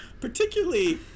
particularly